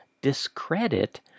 discredit